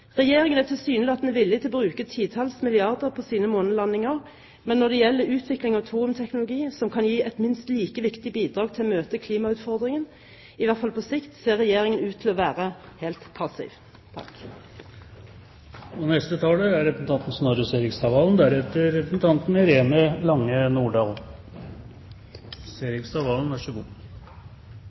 Regjeringen er tilsynelatende villig til å bruke titalls milliarder på sine månelandinger, men når det gjelder utvikling av thoriumteknologi, som kan gi et minst like viktig bidrag til å møte klimautfordringen – i hvert fall på sikt – ser Regjeringen ut til å være helt passiv. Det at det bygges kjernekraftverk rundt om i verden, som representanten Solvik-Olsen redegjorde svært grundig for før alarmen gikk, er